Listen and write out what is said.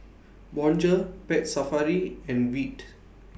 Bonjour Pet Safari and Veet